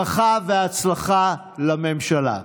ברכה והצלחה לממשלה.